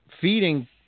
feeding